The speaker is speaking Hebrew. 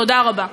תודה רבה.